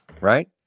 right